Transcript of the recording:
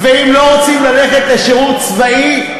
ואם לא רוצים ללכת לשירות צבאי,